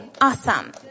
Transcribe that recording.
Awesome